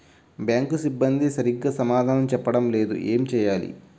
Bank సిబ్బంది సరిగ్గా సమాధానం చెప్పటం లేదు ఏం చెయ్యాలి?